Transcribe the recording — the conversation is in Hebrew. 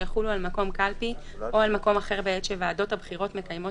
שיחולו על מקום קלפי או על מקום אחר בעת שוועדות הבחירות מקיימות